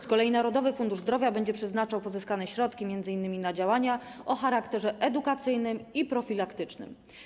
Z kolei Narodowy Fundusz Zdrowia będzie przeznaczał pozyskane środki m.in. na działania o charakterze edukacyjnym i profilaktycznym.